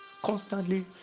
Constantly